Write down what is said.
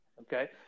Okay